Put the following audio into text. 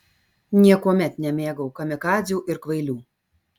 niekuomet nemėgau kamikadzių ir kvailių